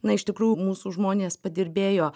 na iš tikrųjų mūsų žmonės padirbėjo